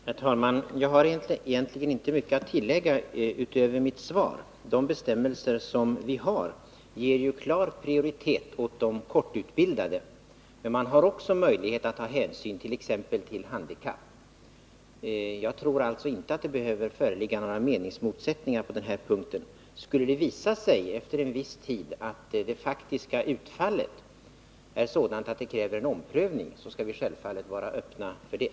Herr talman! Jag har egentligen inte mycket att tillägga utöver mitt svar. De bestämmelser vi har ger ju klar prioritet åt de kortutbildade, men man har också möjlighet att ta hänsyn till exempelvis handikapp. Jag tror alltså inte att det behöver föreligga några meningsmotsättningar på den här punkten. Men skulle det efter en viss tid visa sig att det faktiska utfallet av bestämmelserna är sådant att det kräver en omprövning, skall vi självfallet vara öppna för det.